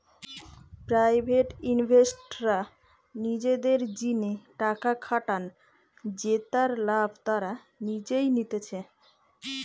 private ইনভেস্টররা নিজেদের জিনে টাকা খাটান জেতার লাভ তারা নিজেই নিতেছে